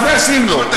אז מאשרים לו.